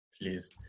please